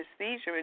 anesthesia